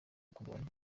kugabanuka